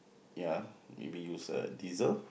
ya maybe use uh diesel